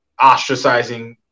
ostracizing